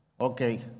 Okay